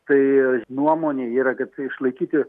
tai nuomonė yra kaip tai išlaikyti